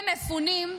למפונים,